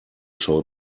show